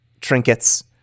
trinkets